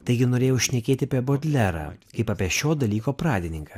taigi norėjau šnekėti apie bodlerą kaip apie šio dalyko pradininką